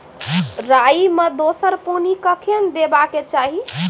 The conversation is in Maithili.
राई मे दोसर पानी कखेन देबा के चाहि?